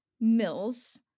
Mills